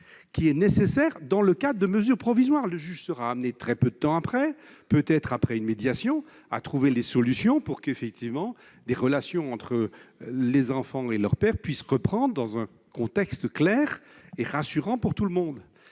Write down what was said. indispensable dans le cadre de mesures provisoires, sachant que le juge sera amené, très peu de temps après, peut-être à l'issue d'une médiation, à trouver une solution pour que les relations entre les enfants et leur père puissent reprendre dans un contexte clair et rassurant pour tout le monde.